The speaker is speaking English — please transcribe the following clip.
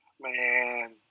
Man